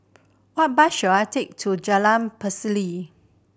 what bus should I take to Jalan Pacheli